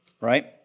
right